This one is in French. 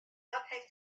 après